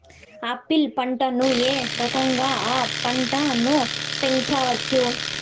Apple పంటను ఏ రకంగా అ పంట ను పెంచవచ్చు?